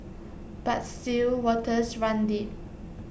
but still waters run deep